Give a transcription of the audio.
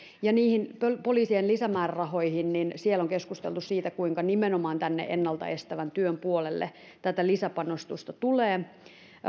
niihin poliisien lisämäärärahoihin siellä on keskusteltu siitä kuinka nimenomaan tänne ennalta estävän työn puolelle tätä lisäpanostusta tulee